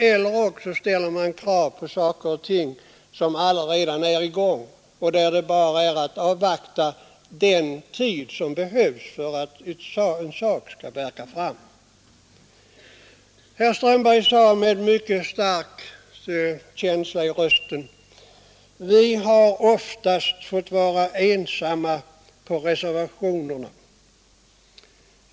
Eller också ställer man krav på saker och ting som allaredan är i gång och det bara är att avvakta under den tid som behövs för att en sak skall värka fram. Herr Strömberg sade med mycket stark känsla i rösten: Vi har oftast fått vara ensamma om reservationerna.